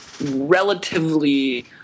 relatively